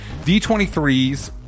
D23s